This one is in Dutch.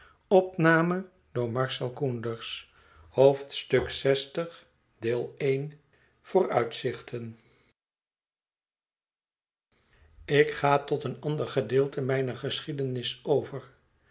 vooruitzichten ik ga tot een ander gedeelte mijner geschiedenis over